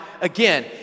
again